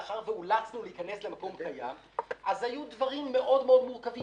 מאחר ואולצנו להיכנס למקום קיים אז היו דברים מורכבים מאוד.